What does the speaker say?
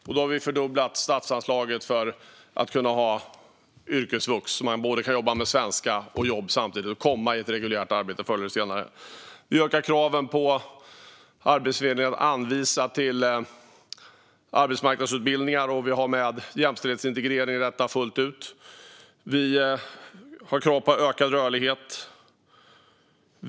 Därför har vi fördubblat statsanslaget för yrkesvux, det vill säga att arbeta med svenskan och jobba samtidigt för att därmed förr eller senare komma in i ett reguljärt arbete. Vi ökar kraven på Arbetsförmedlingen att anvisa till arbetsmarknadsutbildningar. I detta finns jämställdhetsintegrering med fullt ut. Vi ställer krav på ökad rörlighet.